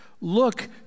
Look